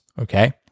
Okay